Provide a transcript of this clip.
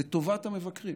לטובת המבקרים,